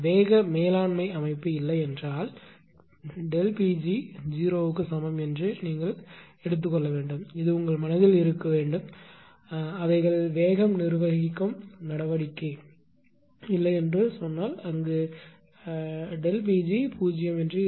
வேக மேலாண்மை அமைப்பு இல்லை என்றால்Pg0 க்கு சமம் என்று நீங்கள் எடுக்க வேண்டும் இது உங்கள் மனதில் இருக்க வேண்டும் அவர்கள் வேகம் நிர்வகிக்கும் நடவடிக்கை இல்லை என்று சொன்னால ΔP g 0 ஆக இருக்கும்